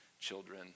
children